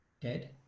Dead